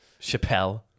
Chappelle